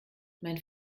mein